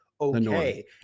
okay